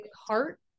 heart